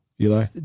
Eli